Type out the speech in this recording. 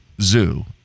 Zoo